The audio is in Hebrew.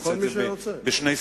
נעשה את זה בשני סבבים.